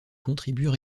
contribuent